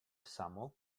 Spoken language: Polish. samo